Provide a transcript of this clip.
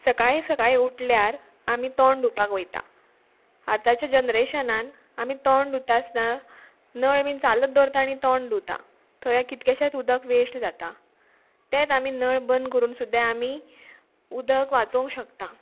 सकाळीं सकाळीं उठल्यार आमी तोंड धुवपाक वयता आतांच्या जनरेशनान आमी तोंड धुता आसतना नळ आमी चालत दवरता आनी तोंड धुवता थंय कितकेशेच उदक वेस्ट जाता तेंच आमी नळ बंद करून सुद्दां आमी उदक वाचोवंक शकता